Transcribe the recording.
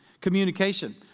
Communication